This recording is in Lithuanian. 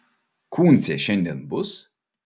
kūncė šiandien bus